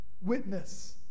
witness